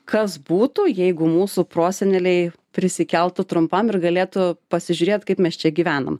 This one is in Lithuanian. kas būtų jeigu mūsų proseneliai prisikeltų trumpam ir galėtų pasižiūrėt kaip mes čia gyvenam